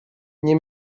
nie